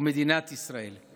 ומדינת ישראל.